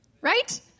right